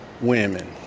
women